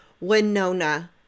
Winona